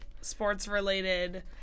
sports-related